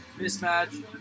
Mismatch